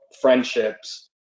friendships